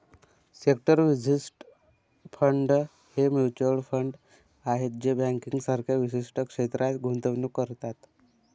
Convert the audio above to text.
sector विशिष्ट fund हे mutual fund आहेत जे बँकिंग सारख्या विशिष्ट क्षेत्रात गुंतवणूक करतात